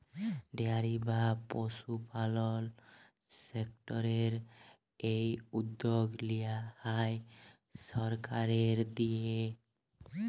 dairy বা পশুপালল সেক্টরের এই উদ্যগ লিয়া হ্যয় সরকারের দিঁয়ে